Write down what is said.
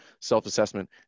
self-assessment